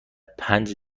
پنج